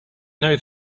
know